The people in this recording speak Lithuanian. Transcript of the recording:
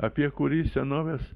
apie kurį senovės